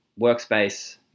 workspace